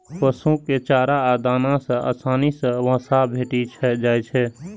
पशु कें चारा आ दाना सं आसानी सं वसा भेटि जाइ छै